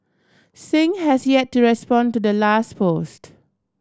Singh has yet to respond to the last post